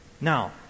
Now